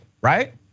right